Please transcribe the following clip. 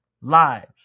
lives